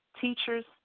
teachers